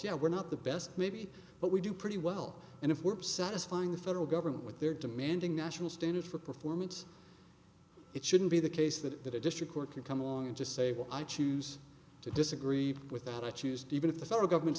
yeah we're not the best maybe but we do pretty well and if we're satisfying the federal government with their demanding national standards for performance it shouldn't be the case that the district court could come along and just say what i choose to disagree with that i choose do even if the federal government's